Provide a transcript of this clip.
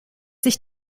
sich